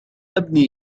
ابني